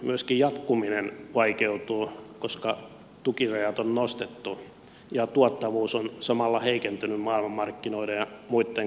myöskin jatkuminen vaikeutuu koska tukirajoja on nostettu ja tuottavuus on samalla heikentynyt maailmanmarkkinoiden ja muitten kannalta